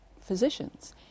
physicians